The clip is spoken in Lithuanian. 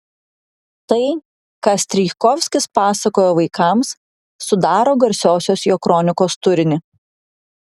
tai ką strijkovskis pasakojo vaikams sudaro garsiosios jo kronikos turinį